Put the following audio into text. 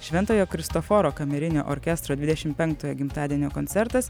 šventojo kristoforo kamerinio orkestro dvidešim penktojo gimtadienio koncertas